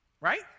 right